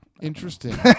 Interesting